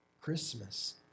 Christmas